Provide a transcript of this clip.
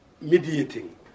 mediating